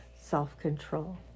self-control